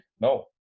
No